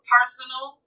Personal